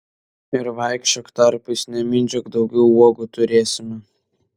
ir vaikščiok tarpais nemindžiok daugiau uogų turėsime